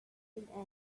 will